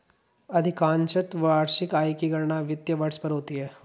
अधिकांशत वार्षिक आय की गणना वित्तीय वर्ष पर होती है